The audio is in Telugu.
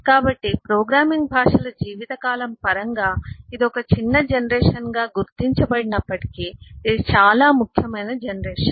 కాబట్టి ప్రోగ్రామింగ్ భాషల జీవితకాలం పరంగా ఇది ఒక చిన్న జనరేషన్ గా గుర్తించబడినప్పటికీ ఇది చాలా ముఖ్యమైన జనరేషన్